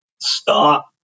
stop